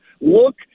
Look